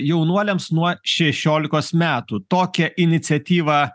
jaunuoliams nuo šešiolikos metų tokią iniciatyvą